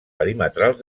perimetrals